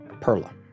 Perla